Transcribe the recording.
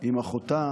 עם אחותה